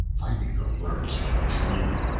finding her words were true,